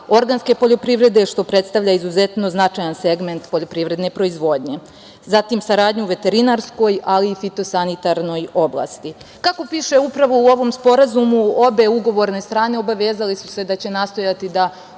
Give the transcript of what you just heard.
organske poljoprivrede, što predstavlja izuzetno značajan segment poljoprivredne proizvodnje. Zatim, saradnju u veterinarskoj, ali i fitosanitarnoj oblasti. Kako piše upravo u ovom Sporazumu obe ugovorne strane obavezale su se da će nastojati da